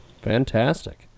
fantastic